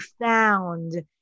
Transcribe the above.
found